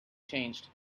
changed